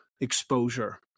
exposure